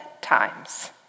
times